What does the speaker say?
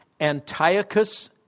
Antiochus